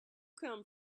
come